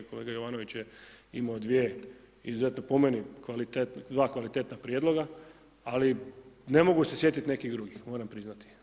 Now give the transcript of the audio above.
Kolega Jovanović je imao dvije izuzetno po meni, dva kvalitetna prijedloga, ali ne mogu se sjetiti nekih drugih, moram priznati.